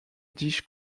dish